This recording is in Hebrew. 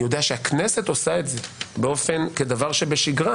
אני יודע שהכנסת עושה את זה כדבר שבשגרה